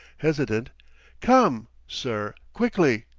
hesitant come, sir quickly!